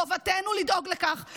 חובתנו לדאוג לכך,